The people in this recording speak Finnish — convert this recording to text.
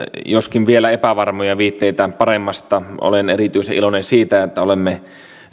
joskin vielä epävarmoja viitteitä paremmasta olen erityisen iloinen siitä että olemme